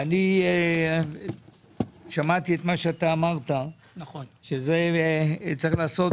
ואני שמעתי את מה שאתה אמרת שזה צריך לעשות,